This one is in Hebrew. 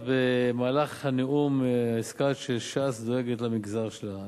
במהלך הנאום הזכרת שש"ס דואגת למגזר שלה.